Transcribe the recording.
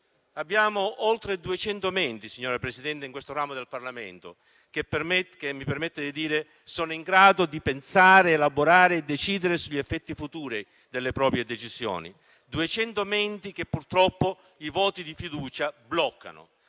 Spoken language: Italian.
Abbiamo oltre 200 menti, signora Presidente, in questo ramo del Parlamento che - mi permetta di dire - sono in grado di pensare, elaborare e decidere sugli effetti futuri delle proprie decisioni, 200 menti che purtroppo i voti di fiducia bloccano.